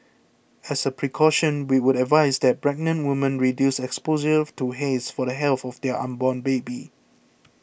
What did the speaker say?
as a precaution we would advise that pregnant women reduce exposure to haze for the health of their unborn baby